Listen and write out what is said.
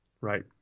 Right